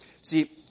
See